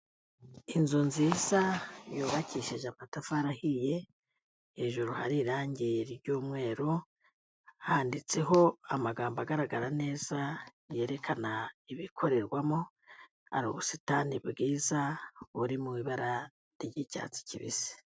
Inzu nziza yubakishije amatafari ahiye, hejuru hari irangi ry'umweru, handitseho amagambo agaragara neza yerekana ibikorerwamo, hari ubusitani bwiza buri mu ibara ry'icyatsi kibisi.